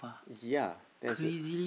ya that's